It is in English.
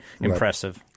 impressive